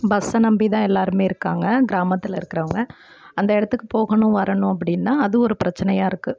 பஸ்ஸை நம்பி தான் எல்லோருமே இருக்காங்க கிராமத்தில் இருக்கிறவங்க அந்த இடத்துக்கு போகணும் வரணும் அப்படின்னா அது ஒரு பிரச்சினையா இருக்குது